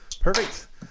Perfect